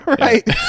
Right